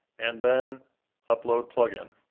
and then upload plugin.